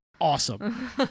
awesome